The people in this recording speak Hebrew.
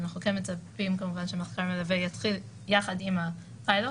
אנחנו כן מצפים שמחקר מלווה יתחיל יחד עם הפילוט